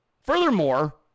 furthermore